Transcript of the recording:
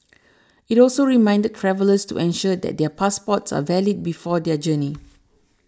it also reminded travellers to ensure that their passports are valid before their journey